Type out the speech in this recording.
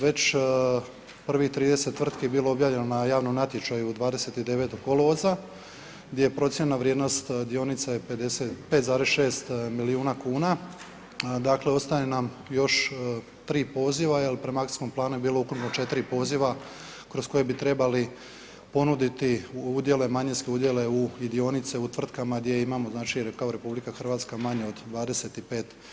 Već prvih 30 tvrtki bilo je objavljeno na javnom natječaju 29. kolovoz, gdje je procijenjena vrijednost dionica je 50 5,6 milijuna kuna, dakle ostaje nam još 3 poziva jer prema akcijskom planu je bilu ukupno 4 poziva kroz koje bi trebali ponuditi udjele, manjinske udjele i dionice u tvrtkama gdje imamo znači kao RH manje od 25%